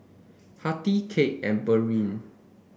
Hattie Kade and Burleigh